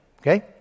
Okay